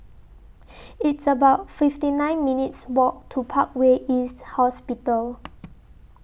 It's about fifty nine minutes' Walk to Parkway East Hospital